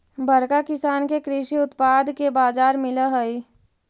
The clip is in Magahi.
बड़का किसान के कृषि उत्पाद के बाजार मिलऽ हई